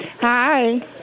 Hi